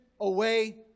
away